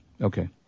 Okay